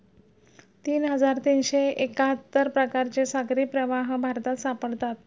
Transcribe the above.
तीन हजार तीनशे एक्काहत्तर प्रकारचे सागरी प्रवाह भारतात सापडतात